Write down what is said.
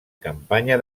campanya